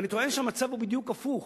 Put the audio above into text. אני טוען שהמצב הוא בדיוק הפוך.